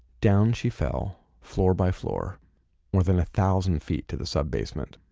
down she fell floor by floor more than a thousand feet to the sub-basement.